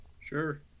Sure